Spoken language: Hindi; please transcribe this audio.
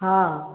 हाँ